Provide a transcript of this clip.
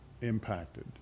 impacted